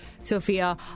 Sophia